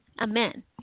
Amen